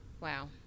wow